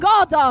God